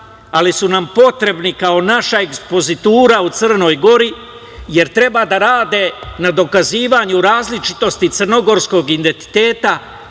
ali su nam potrebni kao naša ekspozitura u Crnoj Gori, jer treba da rade na dokazivanju različitosti crnogorskog identiteta